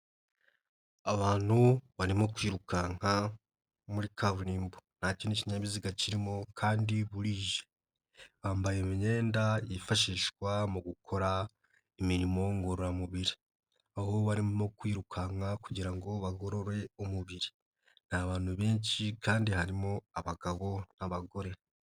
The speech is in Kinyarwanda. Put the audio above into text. Abantu barimo kwirukanka muri kaburimbo. Nta kindi kinyabiziga kirimo kandi burije. Bambaye imyenda yifashishwa mu gukora imirimo ngororamubiri. Aho barimo kwirukanka kugira ngo bagorore umubiri. Ni abantu benshi kandi harimo abagabo n'abagore.